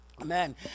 Amen